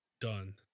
done